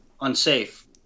unsafe